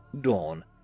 Dawn